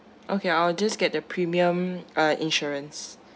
okay I'll just get the premium uh insurance